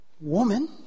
Woman